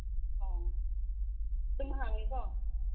ꯑꯣ ꯑꯗꯨꯝ ꯍꯥꯡꯉꯤꯀꯣ